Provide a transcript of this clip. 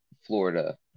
Florida